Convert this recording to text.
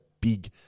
big